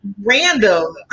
random